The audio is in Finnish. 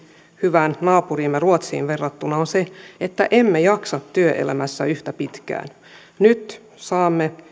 hyvään naapuriimme ruotsiin verrattuna on se että emme jaksa työelämässä yhtä pitkään nyt saamme